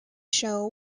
show